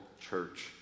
church